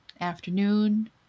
afternoon